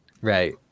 Right